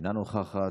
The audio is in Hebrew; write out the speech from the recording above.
אינה נוכחת.